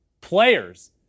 players